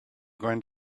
going